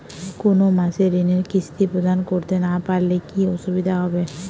কোনো মাসে ঋণের কিস্তি প্রদান করতে না পারলে কি অসুবিধা হবে?